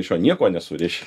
iš jo nieko nesuriši